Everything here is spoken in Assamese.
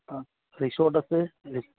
অঁ ৰিচৰ্ট আছে